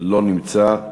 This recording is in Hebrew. לא נמצא.